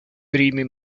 primi